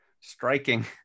striking